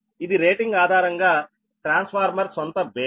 ఇది రేటింగ్ ఆధారంగా ట్రాన్స్ఫార్మర్ సొంత బేస్